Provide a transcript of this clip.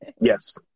Yes